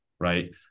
Right